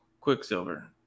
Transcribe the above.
Quicksilver